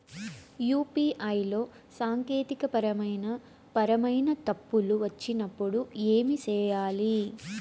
UPI లో సాంకేతికపరమైన పరమైన తప్పులు వచ్చినప్పుడు ఏమి సేయాలి